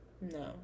no